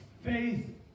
faith